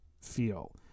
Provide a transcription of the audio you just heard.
feel